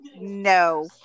No